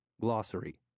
Glossary